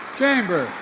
chamber